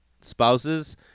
spouses